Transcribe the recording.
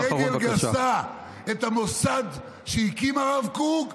ברגל גסה את המוסד שהקים הרב קוק,